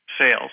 sales